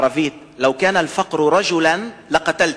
בערבית: לאו כאנה אלפקרו רג'ולאן לקתלתוהו,